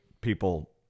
people